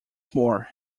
more